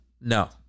No